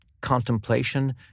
contemplation